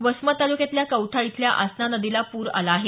वसमत तालुक्यातल्या कौठा इथल्या आसना नदीला पूर आला आहे